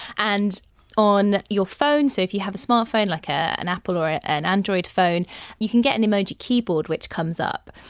and on your phone, so if you have a smart phone like ah an apple or an android phone you can get an emoji keyboard which comes up.